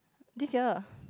this year